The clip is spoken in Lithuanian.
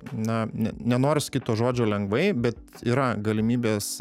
na ne nenoriu sakyt to žodžio lengvai bet yra galimybės